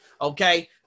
okay